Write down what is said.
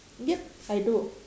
yup I do